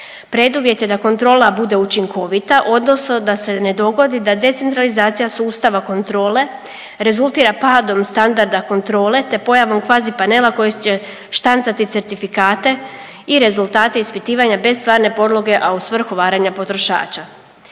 Preduvjet je da kontrola bude učinkovita odnosno da se ne dogodi da decentralizacija sustava kontrole rezultira padom standarda kontrole, te pojavom kvazi panela koji će štancati certifikate i rezultati ispitivanja bez stvarne podloge, a u svrhu varanja potrošača.